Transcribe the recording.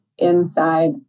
Inside